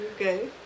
Okay